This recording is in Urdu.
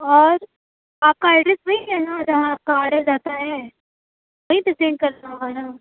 اور آپ کا ایڈریس وہی ہے نا جہاں آپ کا آڈر جاتا ہے وہیں پہ سینڈ کرنا ہوگا نا